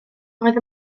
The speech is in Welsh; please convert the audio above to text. roedd